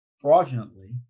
fraudulently